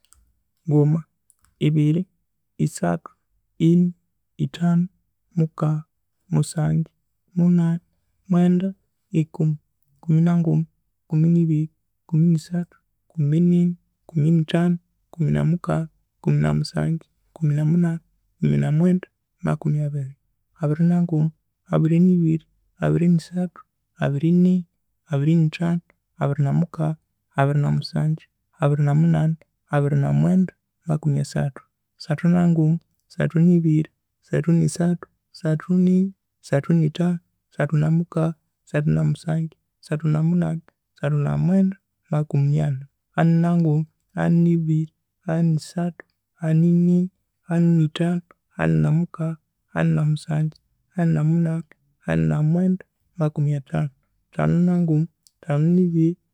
Nguma, ibiri, isathu, ini, ethanu, mukagha, musangyu, munani, mwenda, ikumi, kumi na nguma, kumi ni biri, kumi ni sathu, kumi nini, kumi ni thanu, kumi na mukagha, kumi na musangyu, kumi na munani, kumi na mwenda, makumi abiri, abiri na nguma, abiri ni biri, abiri ni sathu, abiri nini, abiri ni thanu, abiri na mukagha, abiri na musangyu, abiri na munani, abiri na mwenda, makumi asathu, asathu na nguma, asathu ni biri, asathu ni sathu, asathu nini, asathu ni thanu, asathu na mukagha, asathu na musangyu, asathu na munani, asathu na mwenda, makumi ani, ani na nguma, ani nibiri, ani nisathu, ani nini, ani ni thanu, ani na mukagha, ani namusangyu, ani na munani, ani na mwenda, makumi athanu, athanu na nguma, athanu ni biri